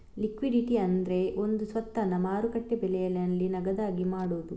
liquidity ಅಂದ್ರೆ ಒಂದು ಸ್ವತ್ತನ್ನ ಮಾರುಕಟ್ಟೆ ಬೆಲೆನಲ್ಲಿ ನಗದಾಗಿ ಮಾಡುದು